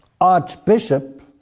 archbishop